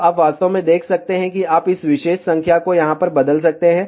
तो आप वास्तव में देख सकते हैं कि आप इस विशेष संख्या को यहाँ पर बदल सकते हैं